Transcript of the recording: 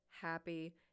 happy